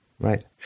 Right